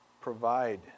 provide